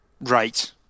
Right